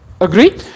Agree